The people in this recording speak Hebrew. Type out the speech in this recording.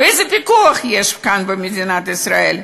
איזה פיקוח יש כאן במדינת ישראל?